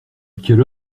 quelle